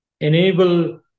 enable